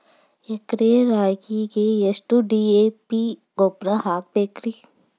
ಎಕರೆ ರಾಗಿಗೆ ಎಷ್ಟು ಡಿ.ಎ.ಪಿ ಗೊಬ್ರಾ ಹಾಕಬೇಕ್ರಿ?